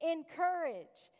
Encourage